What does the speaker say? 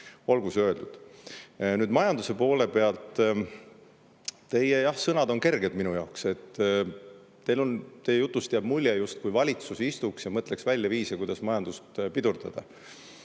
Olgu see öeldud. Nüüd majanduse poole pealt. Teie sõnad on kerged minu jaoks. Teil on, teie jutust jääb mulje, justkui valitsus istuks ja mõtleks välja viise, kuidas majandust pidurdada.